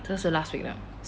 这个是 last week 了